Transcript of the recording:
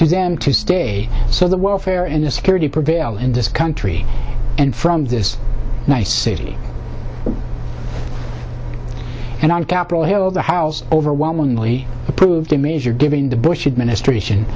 to them to stay so the world fair in the security prevail in this country and from this city and on capitol hill the house overwhelmingly approved a measure giving the bush administration